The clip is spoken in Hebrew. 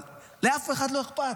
אבל לאף אחד לא אכפת.